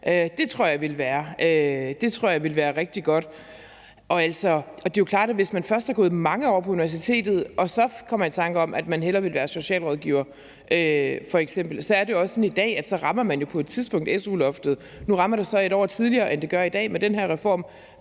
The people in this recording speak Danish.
Det tror jeg ville være rigtig godt. Og det jo klart, at hvis man først har gået mange år på universitetet og så kommer i tanker om, at man hellere ville være f.eks. socialrådgiver, så er det jo også sådan i dag, at så rammer man på et tidspunkt su-loftet. Nu rammer det så med den her reform et år tidligere, end det gør i dag, men så kan